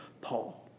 Paul